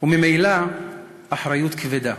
וממילא אחריות כבדה.